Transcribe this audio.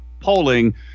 polling